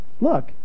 look